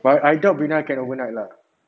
but I doubt brina can overnight lah